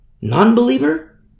non-believer